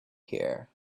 here